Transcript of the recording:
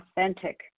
authentic